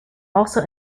also